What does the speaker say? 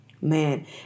Man